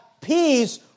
peace